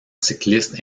cyclistes